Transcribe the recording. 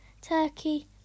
Turkey